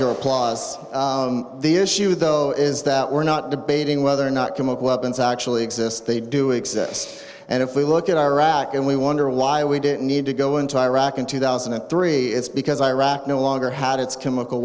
the issue though is that we're not debating whether or not chemical weapons actually exist they do exist and if we look at iraq and we wonder why we didn't need to go into iraq in two thousand and three it's because iraq no longer had its chemical